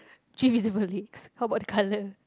how about the color